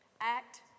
Act